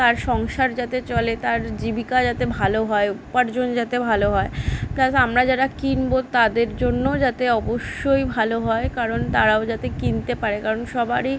তার সংসার যাতে চলে তার জীবিকা যাতে ভালো হয় উপার্জন যাতে ভালো হয় প্লাস আমরা যারা কিনবো তাদের জন্যও যাতে অবশ্যই ভালো হয় কারণ তারাও যাতে কিনতে পারে কারণ সবারই